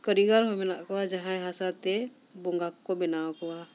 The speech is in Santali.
ᱠᱟᱹᱨᱤᱜᱚᱨ ᱦᱚᱸ ᱢᱮᱱᱟᱜ ᱠᱚᱣᱟ ᱡᱟᱦᱟᱭ ᱦᱟᱥᱟᱛᱮ ᱵᱚᱸᱜᱟ ᱠᱚᱠᱚ ᱵᱮᱱᱟᱣ ᱠᱚᱣᱟ